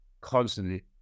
constantly